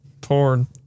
porn